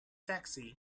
taxi